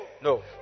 No